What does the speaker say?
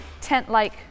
tent-like